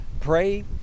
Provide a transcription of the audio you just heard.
pray